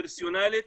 פרסונלית,